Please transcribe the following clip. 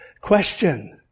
Question